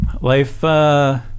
life